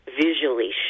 visually